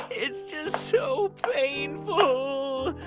it's just so painful